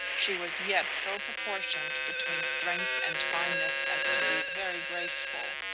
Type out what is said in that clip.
she was yet so proportioned between strength and fineness as to be very graceful,